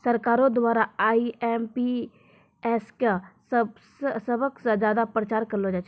सरकारो द्वारा आई.एम.पी.एस क सबस ज्यादा प्रचार करलो जाय छै